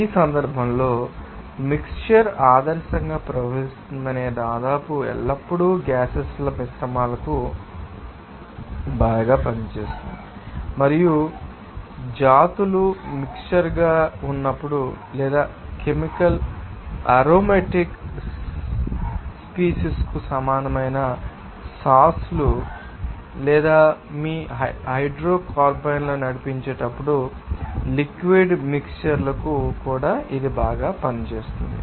ఈ సందర్భంలో మిక్శ్చర్ ఆదర్శంగా ప్రవర్తిస్తుందనే దాదాపు ఎల్లప్పుడూ గ్యాసెస్ల మిశ్రమాలకు బాగా పనిచేస్తుంది మరియు జాతులు మిక్శ్చర్ గా ఉన్నప్పుడు లేదా కెమికల్ అరోమాటిక్ స్పీసీస్కు సమానమైన సాస్లు లేదా మీ హైడ్రోకార్బన్లను నడిపించేటప్పుడు లిక్విడ్ మిక్శ్చర్లకు కూడా ఇది బాగా పనిచేస్తుంది